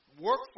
work